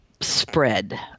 spread